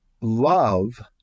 love